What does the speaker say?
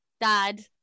dad